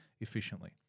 efficiently